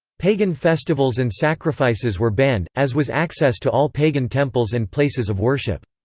pagan festivals and sacrifices were banned, as was access to all pagan temples and places of worship.